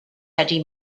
eddie